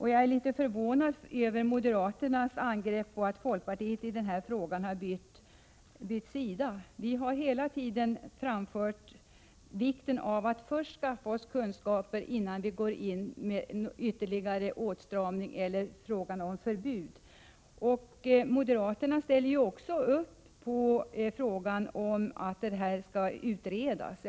Jag är litet förvånad över moderaternas angrepp på folkpartiet för att ha bytt sida i den här frågan. Vi har hela tiden framhållit vikten av att först skaffa kunskaper, innan man går in med ytterligare åtstramningar eller prövar frågan om förbud. Moderaterna ställer ju också upp för att frågan skall utredas.